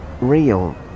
real